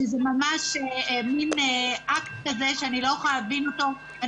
וזה מין אקט שאני לא יכולה להבין אותו.